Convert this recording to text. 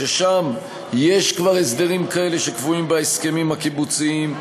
ששם כבר יש הסדרים כאלה שקבועים בהסכמים הקיבוציים,